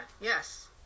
Yes